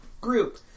group